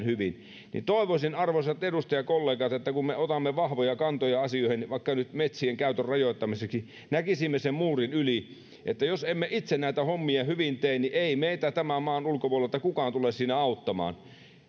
hyvin niin toivoisin arvoisat edustajakollegat että kun me otamme vahvoja kantoja asioihin vaikka nyt metsien käytön rajoittamiseksi näkisimme sen muurin yli että jos emme itse näitä hommia hyvin tee niin ei meitä tämän maan ulkopuolelta kukaan tule siinä auttamaan